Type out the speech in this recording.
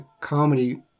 comedy